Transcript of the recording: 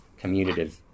commutative